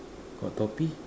got toupee